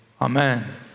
Amen